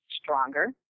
stronger